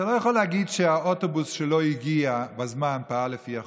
אתה לא יכול להגיד שהאוטובוס שלא הגיע בזמן פעל לפי החוק.